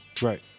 Right